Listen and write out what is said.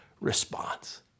response